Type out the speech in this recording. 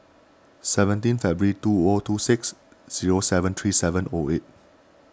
seventeen February two O two six zero seven three seven O eight